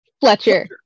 Fletcher